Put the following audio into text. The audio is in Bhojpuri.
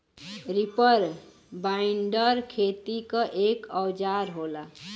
रीपर बाइंडर खेती क एक औजार होला